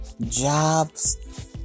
Jobs